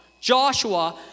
Joshua